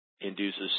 Induces